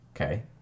Okay